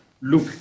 look